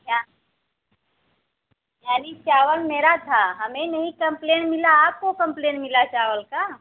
क्या हाँ जी चावल मेरा था हमें नहीं कंप्लेंट मिला आपको कंप्लेंट मिल चावल का